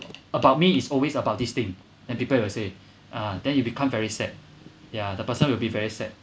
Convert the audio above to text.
about me is always about this thing and people will say ah then you'll become very sad ya the person will be very sad